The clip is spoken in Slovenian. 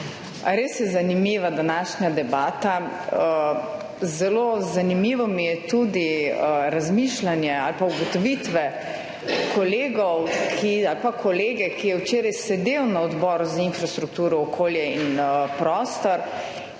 Res je zanimiva današnja debata. Zelo zanimivo mi je tudi razmišljanje ali pa ugotovitve kolegov ali pa kolege, ki je včeraj sedel na Odboru za infrastrukturo, okolje in prostor